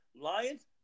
Lions